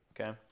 okay